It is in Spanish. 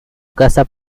casa